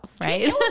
right